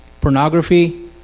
Pornography